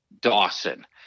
Dawson